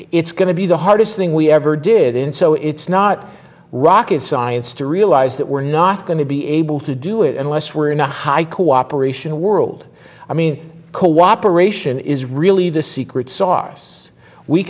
it's going to be the hardest thing we ever did in so it's not rocket science to realize that we're not going to be able to do it unless we're in a high cooperation world i mean cooperation is really the secret sauce we